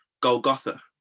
golgotha